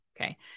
Okay